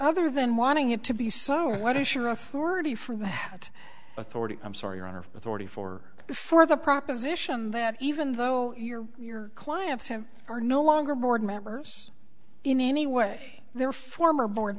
other than wanting it to be so what is your authority for that authority i'm sorry your honor authority for before the proposition that even though you're your clients who are no longer board members in any way their former board